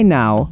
now